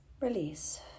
Release